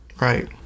Right